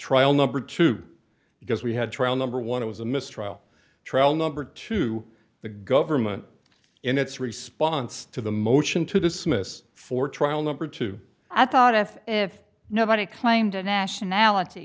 trial number two because we had trial number one it was a mistrial trial number two the government in its response to the motion to dismiss for trial number two i thought if if nobody claimed a nationality